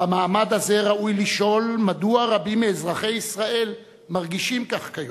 במעמד הזה ראוי לשאול מדוע רבים מאזרחי ישראל מרגישים כך כיום,